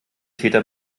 täter